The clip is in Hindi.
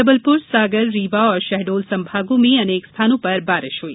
जबलपुर सागर रीवा और शहडोल संभागों में अनेक स्थानों पर बारिश हई